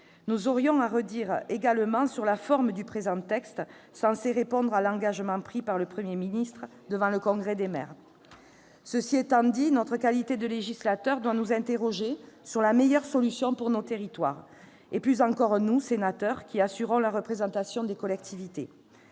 Nous aurions à redire également sur la forme du présent texte, censé répondre à l'engagement pris par le Premier ministre devant le congrès des maires. Cela étant dit, notre qualité de législateur doit nous conduire à nous interroger sur la meilleure solution pour nos territoires, et plus encore nous, sénateurs, qui assurons la représentation des collectivités.